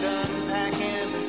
unpacking